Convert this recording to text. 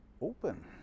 Open